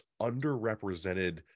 underrepresented